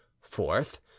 Fourth